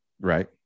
right